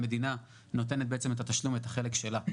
המדינה נותנת את התשלום ואת החלק שלה.